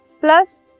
plus